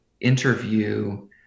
interview